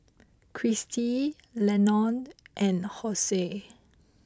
Christi Leonor and Hosie